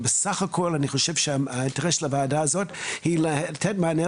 בסך הכול אני חושב שהאינטרס של הוועדה הזאת הוא לתת מענה